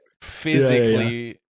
Physically